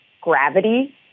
gravity